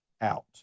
out